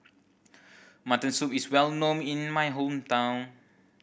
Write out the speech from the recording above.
mutton soup is well known in my hometown